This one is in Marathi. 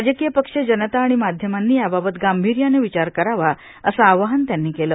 राजकांय पक्ष जनता आर्गण माध्यमांनी याबाबत गांभीयानं र्विचार करावा असं आवाहन त्यांनी केलं